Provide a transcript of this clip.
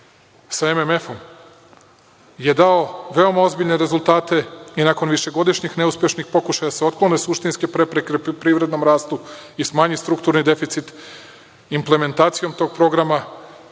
sa MMF-om je dao veoma ozbiljne rezultate i nakon višegodišnjih neuspešnih pokušaja da se otklone suštinske prepreke u privrednom rastu i smanji strukturni deficit, implementacijom tog programa